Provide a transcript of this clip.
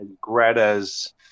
Greta's